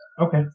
Okay